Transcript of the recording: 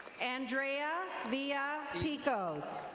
andrea villa picos.